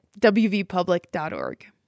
wvpublic.org